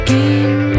Game